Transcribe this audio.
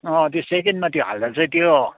अँ त्यो सेकेन्डमा त्यो हाल्दा चाहिँ त्यो